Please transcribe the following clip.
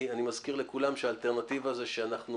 אני מזכיר לכולם שהאלטרנטיבה היא שאנחנו